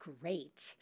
Great